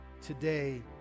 today